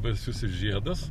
baisusis žiedas